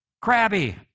crabby